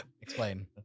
Explain